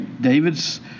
David's